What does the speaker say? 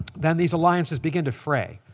then these alliances begin to fray.